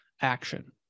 action